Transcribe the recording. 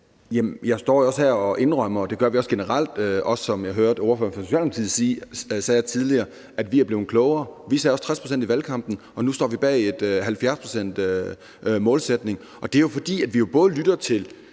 jeg også står her og indrømmer – og det gør vi også generelt, som jeg også hørte ordføreren for Socialdemokratiet sagde tidligere – at vi er blevet klogere. Vi sagde også 60 pct. i valgkampen, og nu står vi bag en 70-procentsmålsætning, og det er jo også, fordi vi lytter til